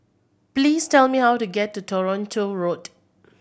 please tell me how to get to Toronto Road